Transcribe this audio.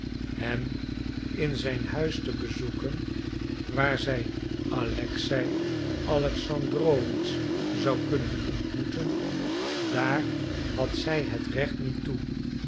hem in zijn huis te bezoeken waar zij alexei alexandrowitsch zou kunnen ontmoeten daar had zij het recht niet toe